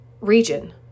region